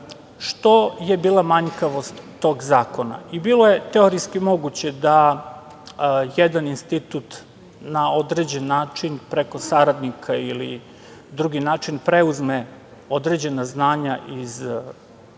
što je bila manjkavost tog zakona. Bilo je teorijski moguće da jedan institut na određen način, preko saradnika ili drugi način, preuzme određena znanja iz drugih